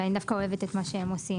ואני דווקא אוהבת את מה שהן עושות.